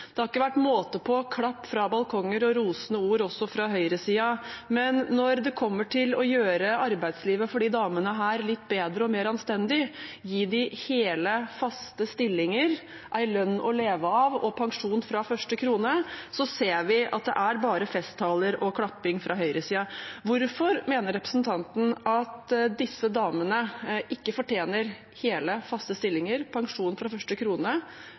Det har ikke vært måte på klapp fra balkonger og rosende ord også fra høyresiden, men når det gjelder å gjøre arbeidslivet for disse damene litt bedre og mer anstendig, gi dem hele, faste stillinger, en lønn å leve av og pensjon fra første krone, ser vi at det er bare festtaler og klapping fra høyresiden. Hvorfor mener representanten at disse damene ikke fortjener hele, faste stillinger, pensjon fra første krone